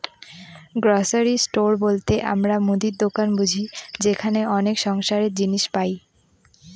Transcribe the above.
grocery store বলতে আমরা মুদির দোকান বুঝি যেখানে অনেক সংসারের জিনিস পাই